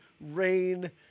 rain